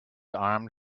armed